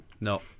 no